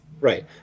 Right